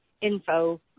info